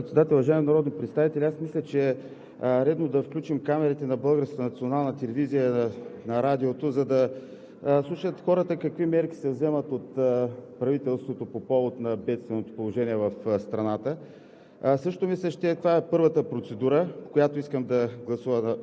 Уважаема госпожо Председател, уважаеми народни представители! Мисля, че е редно да включим камерите на Българската национална телевизия и микрофоните на Радиото, за да слушат хората какви мерки се вземат от правителството по повод бедственото положение в страната.